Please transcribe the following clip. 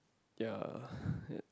ya ya